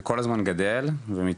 זה כל הזמן גדל ומתפתח.